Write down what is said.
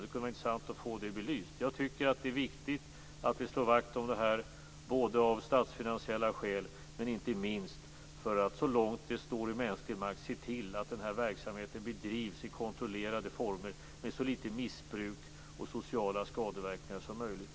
Det kunde vara intressant att få detta belyst. Jag tycker att det är viktigt att vi slår vakt om detta, dels av statsfinansiella skäl, dels för att så långt det står i mänsklig makt se till att denna verksamhet bedrivs i kontrollerade former med så lite missbruk och sociala skadeverkningar som möjligt.